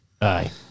aye